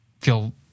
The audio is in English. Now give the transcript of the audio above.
feel